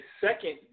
second